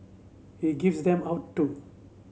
he gives them out too